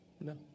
No